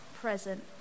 present